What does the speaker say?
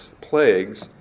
plagues